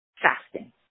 Fasting